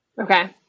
Okay